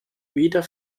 wieder